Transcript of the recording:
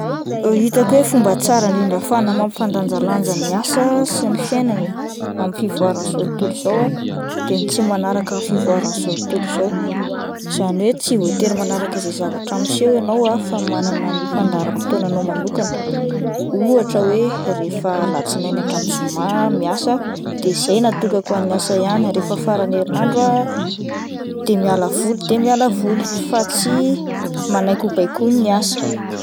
Hitako hoe fomba tsara indrindra ahafahana mampifandanjalanja ny asa sy ny fiainana amin'ny fivoaran'izao tontolo izao ah de ny tsy manaraka ny fivoaran'izao tontolo izao izany hoe tsy voatery manaraka izay zavatra miseho ianao ah fa manana ny fandaharam-potoana anao manokana ohatra hoe rehefa alatsinainy hatramin'ny zoma aho no miasa de izay no atokako ho an'ny asa ihany, rehefa faran'ny herinandro aho dia miala voly de miala voly fa tsy manaiky ho baikon'ny asa.